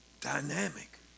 dynamic